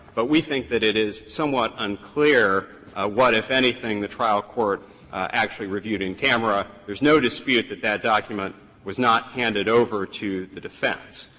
but we think that it is somewhat unclear what, if anything, the trial court actually reviewed in camera. there is no dispute that that document was not handed over to the defense.